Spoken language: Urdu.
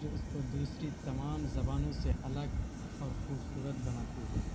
جو اس کو دوسری تمام زبانوں سے الگ اور خوبصورت بناتی ہے